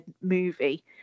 movie